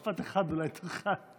משפט אחד אולי תוכל.